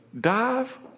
dive